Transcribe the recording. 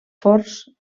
forns